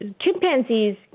chimpanzees